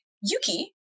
Yuki